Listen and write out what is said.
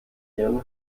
ihren